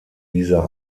dieser